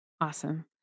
Awesome